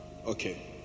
Okay